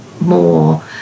more